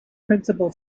principal